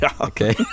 Okay